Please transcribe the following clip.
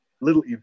little